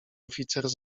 oficer